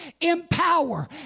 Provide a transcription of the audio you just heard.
empower